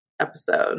episode